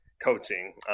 coaching